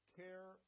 care